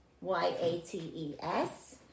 Y-A-T-E-S